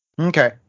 Okay